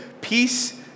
Peace